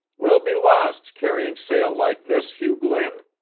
we'll be lost carrying sail like this, hugh glynn!